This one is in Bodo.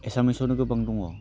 एसामिसफोरनि गोबां दङ